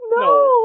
No